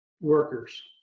workers